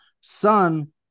son